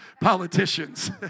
politicians